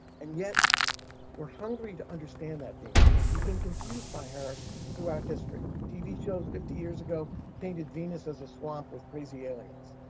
and yet we're hungry to understand that venus, because we've been confused by her throughout history. tv shows fifty years ago painted venus as a swamp with crazy aliens.